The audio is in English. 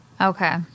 Okay